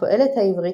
"הפועלת העברית,